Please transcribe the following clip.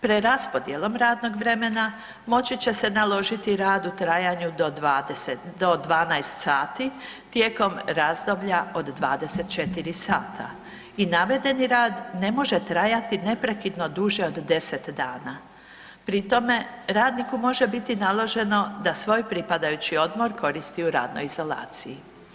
Preraspodjelom radnog vremena moći će se naložiti rad u trajanju do 12 sati tijekom razdoblja od 24 sata i navedeni rad ne može trajati neprekidno duže od 10 dana, pri tome radniku može biti naloženo da svoj pripadajući odmor koristi u radnoj izolaciji.